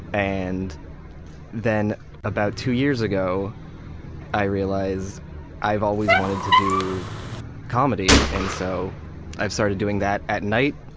and then about two years ago i realized i've always wanted to do comedy, and so i've started doing that at night.